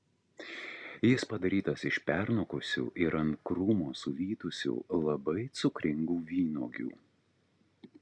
jis padarytas iš pernokusių ir ant krūmo suvytusių labai cukringų vynuogių